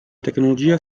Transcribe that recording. tecnologia